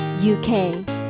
UK